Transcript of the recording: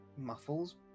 muffles